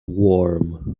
warm